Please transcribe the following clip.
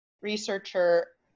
researcher